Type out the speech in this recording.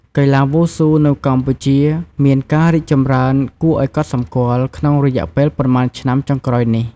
កីឡាវ៉ូស៊ូនៅកម្ពុជាមានការរីកចម្រើនគួរឲ្យកត់សម្គាល់ក្នុងរយៈពេលប៉ុន្មានឆ្នាំចុងក្រោយនេះ។